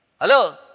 Hello